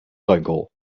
bruinkool